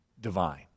divine